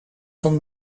van